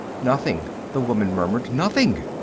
nothing, the woman muttered. nothing.